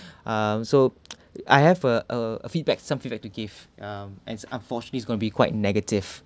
um so I have a a a feedback some feedback to give um and unfortunately it's gonna be quite negative